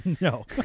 No